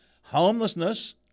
homelessness